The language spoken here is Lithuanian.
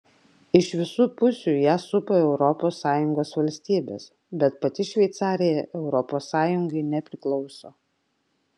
iš visų pusių ją supa europos sąjungos valstybės bet pati šveicarija europos sąjungai nepriklauso